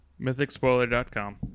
Mythicspoiler.com